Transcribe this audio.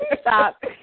Stop